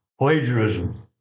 Plagiarism